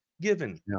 given